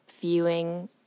viewing